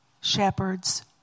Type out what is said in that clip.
shepherds